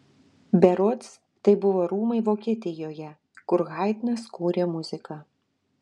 berods tai buvo rūmai vokietijoje kur haidnas kūrė muziką